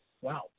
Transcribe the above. Wow